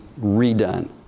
redone